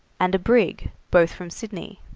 and a brig, both from sydney.